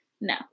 no